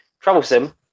troublesome